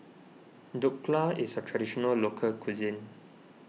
Dhokla is a Traditional Local Cuisine